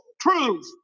truth